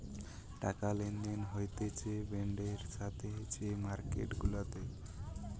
টাকা লেনদেন হতিছে বন্ডের সাথে যে মার্কেট গুলাতে